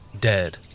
Dead